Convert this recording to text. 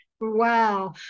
Wow